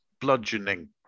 Bludgeoning